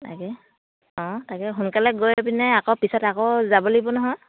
তাকে অঁ তাকে সোনকালে গৈ পিনে আকৌ পিছত আকৌ যাব লাগিব নহয়